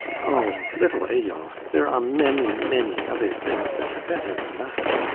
oh, little eyolf, there are many, many other things that are better than that.